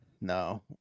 No